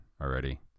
already